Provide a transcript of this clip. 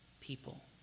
people